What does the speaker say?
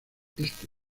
este